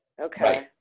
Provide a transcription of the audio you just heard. Okay